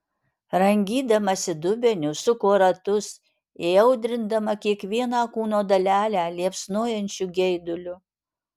rangydamasi dubeniu suko ratus įaudrindama kiekvieną kūno dalelę liepsnojančiu geiduliu